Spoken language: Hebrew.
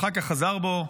ואחר כך חזר בו,